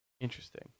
Interesting